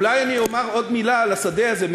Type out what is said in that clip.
אולי אני אומר עוד מילה על השדה הזה,